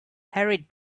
hurried